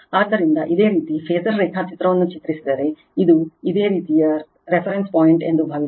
ಆದ್ದರಿಂದ ಇದೇ ರೀತಿ ಫಾಸರ್ ರೇಖಾಚಿತ್ರವನ್ನು ಚಿತ್ರಿಸಿದರೆ ಇದು ಇದೇ ರೀತಿಯ ರೆಫರೆನ್ಸ್ ಪಾಯಿಂಟ್ ಎಂದು ಭಾವಿಸೋಣ